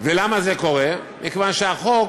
ולמה זה קורה, כיוון שהחוק